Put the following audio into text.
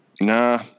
nah